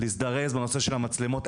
להזדרז בנושא של המצלמות.